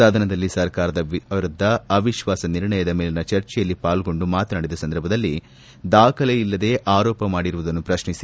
ಸದನದಲ್ಲಿ ಸರ್ಕಾರದ ವಿರುದ್ದ ಅವಿಶ್ವಾಸ ನಿರ್ಣಯದ ಮೇಲಿನ ಚರ್ಚೆಯಲ್ಲಿ ಪಾಲ್ಗೊಂಡು ಮಾತನಾಡಿದ ಸಂದರ್ಭದಲ್ಲಿ ದಾಖಲೆ ಇಲ್ಲದೆ ಆರೋಪ ಮಾಡಿರುವುದನ್ನು ಪ್ರಶ್ನಿಸಿ